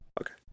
Okay